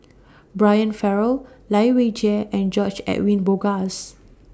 Brian Farrell Lai Weijie and George Edwin Bogaars